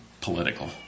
political